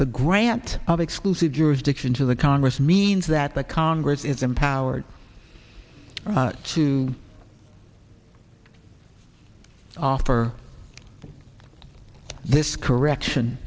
the grant of exclusive jurisdiction to the congress means that the congress is empowered to offer this correction